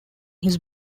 his